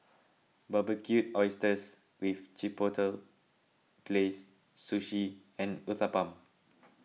Barbecued Oysters with Chipotle Glaze Sushi and Uthapam